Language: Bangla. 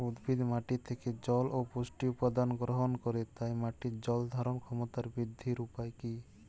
উদ্ভিদ মাটি থেকে জল ও পুষ্টি উপাদান গ্রহণ করে তাই মাটির জল ধারণ ক্ষমতার বৃদ্ধির উপায় কী?